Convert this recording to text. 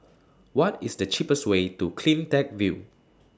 What IS The cheapest Way to CleanTech View